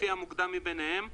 לפי המוקדם מביניהם,